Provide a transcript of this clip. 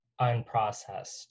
unprocessed